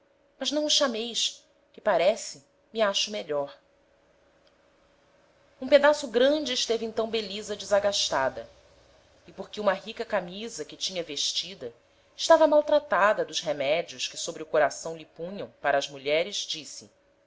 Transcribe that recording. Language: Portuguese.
mas não o chameis que parece me acho melhor um pedaço grande esteve então belisa desagastada e porque uma rica camisa que tinha vestida estava mal tratada dos remedios que sobre o coração lhe punham para as mulheres disse